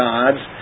God's